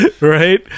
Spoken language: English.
right